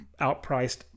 outpriced